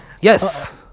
Yes